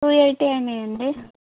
two eighty అయ్యాయి అండి